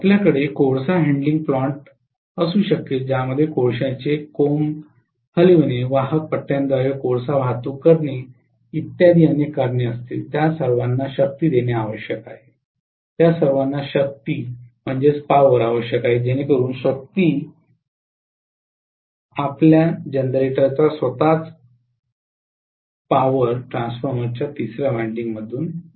आपल्याकडे कोळसा handling plant असू शकेल ज्यामध्ये कोळशाचे कोंब हलविणे वाहक पट्ट्याद्वारे कोळसा वाहतूक करणे इत्यादी अनेक कारणे असतील त्या सर्वांना शक्ती देणे आवश्यक आहे त्या सर्वांना शक्ती आवश्यक आहे जेणेकरून शक्ती आपल्या जनरेटरच्या स्वतःच पॉवर ट्रान्सफॉर्मरच्या तिसर्या वायंडिंग मधून येतो